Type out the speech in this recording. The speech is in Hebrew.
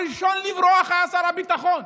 הראשון לברוח היה שר הביטחון.